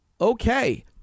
Okay